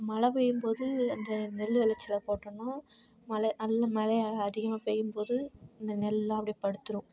மழை பெய்யும் போது அந்த நெல் விளச்சல போட்டோன்னா மழை நல்ல மழை அதிகமாக பெய்யும் போது அந்த நெல்லாம் அப்டி படுத்துரும்